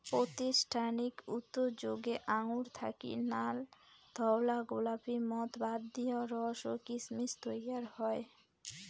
প্রাতিষ্ঠানিক উতোযোগে আঙুর থাকি নাল, ধওলা, গোলাপী মদ বাদ দিয়াও রস ও কিসমিস তৈয়ার হয়